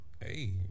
hey